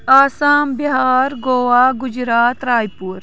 آسام بِہار گوا گُجرات راے پوٗر